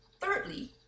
Thirdly